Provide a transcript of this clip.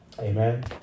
Amen